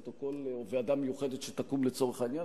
או כל ועדה מיוחדת שתקום לצורך העניין,